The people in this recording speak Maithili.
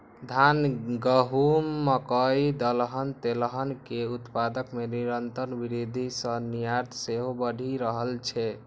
धान, गहूम, मकइ, दलहन, तेलहन के उत्पादन मे निरंतर वृद्धि सं निर्यात सेहो बढ़ि रहल छै